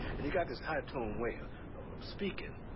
and you got this high-tone way ah of of speaking.